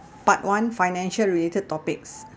part one financial related topics